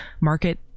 market